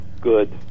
good